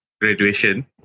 graduation